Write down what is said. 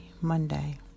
Monday